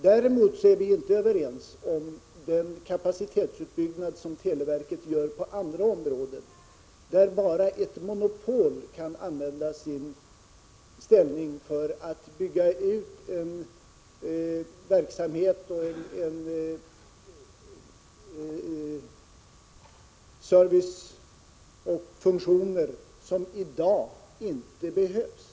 Däremot är vi inte överens om televerkets kapacitetsutbyggnad på andra områden, där bara ett monopol kan använda sin ställning för att bygga ut verksamhet, service och funktioner som i dag inte behövs.